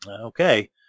okay